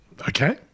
Okay